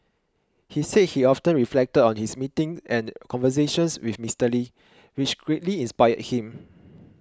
he said he often reflected on his meetings and conversations with Mister Lee which greatly inspired him